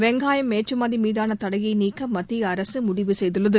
வெங்காயம் ஏற்றுமதி மீதான தடையை நீக்க மத்திய அரசு முடிவு செய்துள்ளது